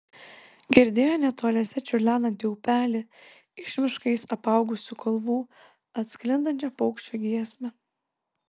girdėjo netoliese čiurlenantį upelį iš miškais apaugusių kalvų atsklindančią paukščio giesmę